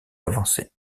d’avancer